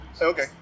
Okay